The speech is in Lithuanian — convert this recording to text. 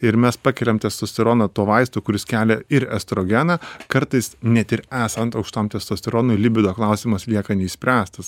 ir mes pakeliam testosteroną to vaisto kuris kelia ir estrogeną kartais net ir esant aukštam testosteronui libido klausimas lieka neišspręstas